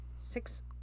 six